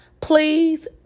please